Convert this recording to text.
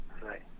right